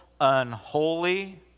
unholy